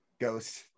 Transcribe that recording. Ghost